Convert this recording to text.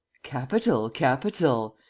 capital, capital!